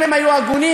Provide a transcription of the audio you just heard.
אם הם היו הגונים,